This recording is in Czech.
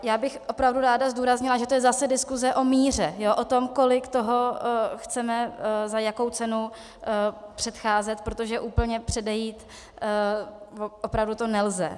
Já bych opravdu ráda zdůraznila, že to je zase diskuse o míře, o tom, kolik toho chceme za jakou cenu předcházet, protože úplně předejít opravdu nelze.